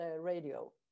radio